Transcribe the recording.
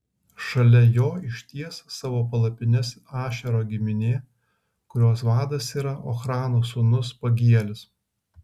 šalia jo išties savo palapines ašero giminė kurios vadas yra ochrano sūnus pagielis